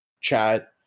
chat